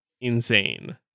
insane